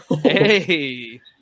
hey